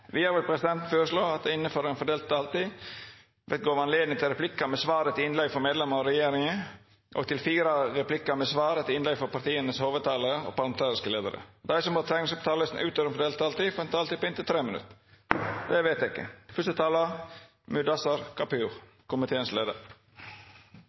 Vidare vil presidenten føreslå at det – innanfor den fordelte taletida – vert gjeve anledning til replikkar med svar etter innlegg frå medlemer av regjeringa og til fire replikkar med svar etter innlegg frå hovudtalerane til partia og partia sine parlamentariske leiarar. Vidare vert det føreslått at dei som måtte teikna seg på talarlista utover den fordelte taletida, får ei taletid på inntil